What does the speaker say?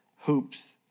hoops